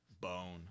Bone